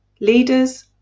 Leaders